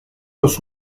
los